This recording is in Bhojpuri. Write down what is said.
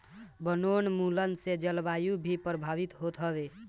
वनोंन्मुलन से जलवायु भी प्रभावित होत हवे